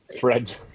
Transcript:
Fred